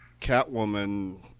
Catwoman